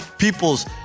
peoples